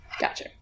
Gotcha